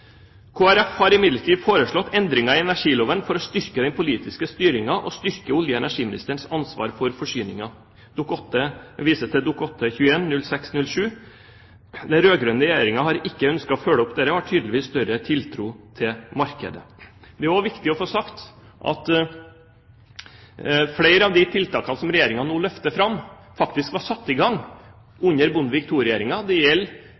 har imidlertid foreslått endringer i energiloven for å styrke den politiske styringen og styrke olje- og energiministerens ansvar for forsyningen. Jeg viser til Dokument nr. 8:21 for 2006–2007. Den rød-grønne regjeringen har ikke ønsket å følge opp dette og har tydeligvis større tiltro til markedet. Det er også viktig å få sagt at flere av de tiltakene som Regjeringen nå løfter fram, faktisk var satt i gang under Bondevik II-regjeringen. Det gjelder